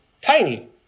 tiny